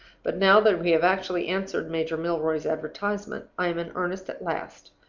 but now that we have actually answered major milroy's advertisement, i am in earnest at last.